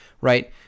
right